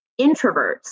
introverts